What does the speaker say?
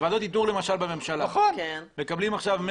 בוועדת איתור בממשלה מקבלים עכשיו 100